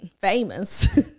Famous